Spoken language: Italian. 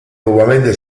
nuovamente